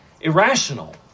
irrational